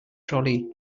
trolley